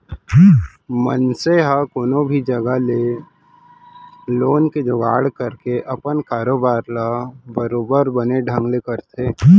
मनसे ह कोनो भी जघा ले लोन के जुगाड़ करके अपन कारोबार ल बरोबर बने ढंग ले करथे